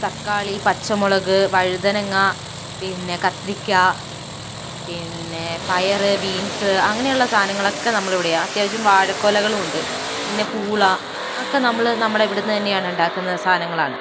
തക്കാളി പച്ചമുളക് വഴുതനങ്ങ പിന്നെ കത്രിക്ക പിന്നെ പയറ് ബീൻസ് അങ്ങനെയുള്ള സാധനങ്ങളൊക്കെ നമ്മൾ ഇവിടെയാണ് അത്യാവശ്യം വാഴക്കുലകളും ഉണ്ട് പിന്നെ പൂള ഒക്കെ നമ്മൾ നമ്മുടെ ഇവിടെ നിന്ന് തന്നെ ഉണ്ടാക്കുന്ന സാധനങ്ങളാണ്